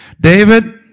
David